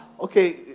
okay